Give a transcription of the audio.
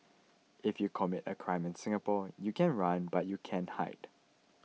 if you commit a crime in Singapore you can run but you can't hide